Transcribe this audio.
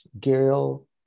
girl